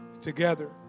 together